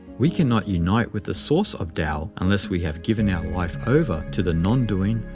we cannot unite with the source of tao unless we have given our life over to the nondoing,